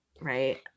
right